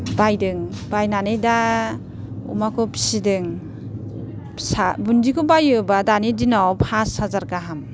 बायदों बायनानै दा अमाखौ फिसिदों फिसा बुन्दिखौ बायोबा दानि दिनाव फास हाजार गाहाम